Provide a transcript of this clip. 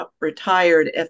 retired